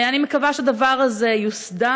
אני מקווה שהדבר הזה יוסדר,